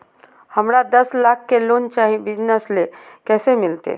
हमरा दस लाख के लोन चाही बिजनस ले, कैसे मिलते?